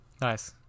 nice